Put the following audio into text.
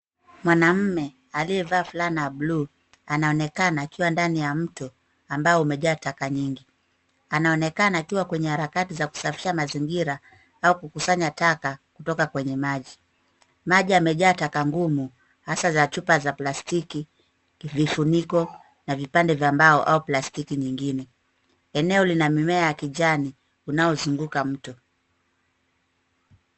Mwanaume aliyevaa fulana ya blue anaonekana akiwa ndani ya mto ambao umejaa taka nyingi, anaonekana akiwa kwenye harakati ya kusafisha mazingira au kukusanya taka kutaka kwenye maji, maji yamejaa taka ngumu hasa za chupa za plastiki, vifuniko na vipande vya mbao au plastiki nyingine, eneo lina mimea ya kijani unaozunguka mto.